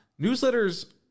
Newsletters